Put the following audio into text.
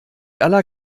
aller